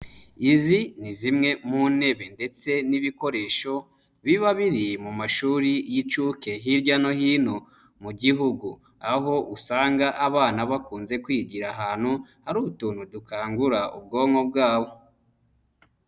Izi ni zimwe mu ntebe ndetse n'ibikoresho, biba biri mu mashuri y'inshuke hirya no hino mu gihugu, aho usanga abana bakunze kwigira ahantu hari utuntu dukangura ubwonko bwabo.